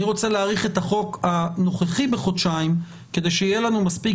אני רוצה להאריך את החוק הנוכחי בחודשיים כדי שיהיה לנו מספיק